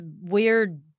weird